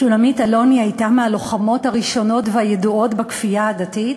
שולמית אלוני הייתה מהלוחמות הראשונות והידועות בכפייה הדתית.